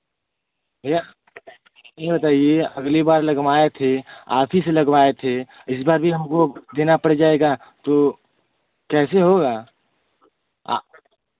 भैया यह बताईए अगली बार लगवाए थे आप ही से लगवाए थे इस बार भी हमको देना पड़ जाएगा तो कैसे होगा